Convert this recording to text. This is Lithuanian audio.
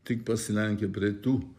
tik pasilenkę prie tų